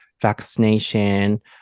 vaccination